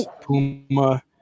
Puma